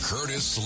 Curtis